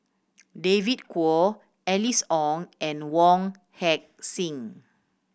David Kwo Alice Ong and Wong Heck Sing